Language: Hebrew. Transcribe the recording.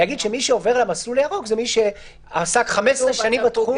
להגיד שמי עובר למסלול הירוק זה מי שעסק 15 שנים בתחום